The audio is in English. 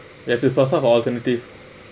that's a source of alternative